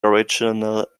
original